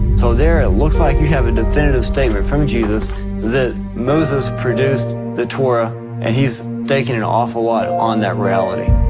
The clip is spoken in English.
so there it looks like you have a definitive statement from jesus that moses produced the torah and he's staking an awful lot on that reality.